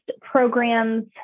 programs